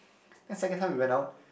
then second time we went out